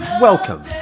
Welcome